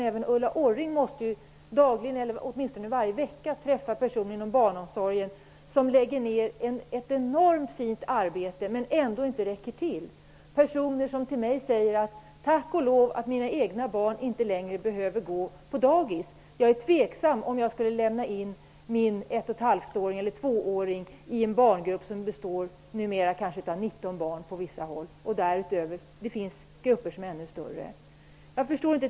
Även Ulla Orring måste dagligen eller åtminstone varje vecka träffa personer inom barnomsorgen som lägger ner ett enormt fint arbete men ändå inte räcker till, personer som säger: ''Tack och lov att mina egna barn inte längre behöver gå på dagis. Jag är tveksam om jag skulle lämna in min ett-och-ett-halvt-åring eller 2-åring i en barngrupp som består av 19 barn.'' Det finns grupper som är ännu större.